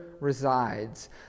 resides